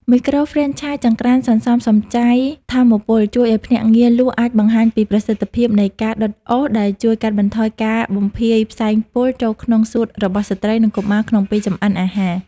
មីក្រូហ្វ្រេនឆាយចង្រ្កានសន្សំសំចៃថាមពល ជួយឱ្យភ្នាក់ងារលក់អាចបង្ហាញពីប្រសិទ្ធភាពនៃការដុតអុស ដែលជួយកាត់បន្ថយការបំភាយផ្សែងពុលចូលក្នុងសួតរបស់ស្ត្រី និងកុមារក្នុងពេលចម្អិនអាហារ។